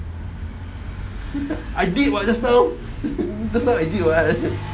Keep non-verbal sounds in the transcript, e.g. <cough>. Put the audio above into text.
<laughs> I did [what] just now just now I did [what]